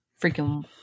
freaking